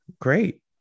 great